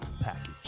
package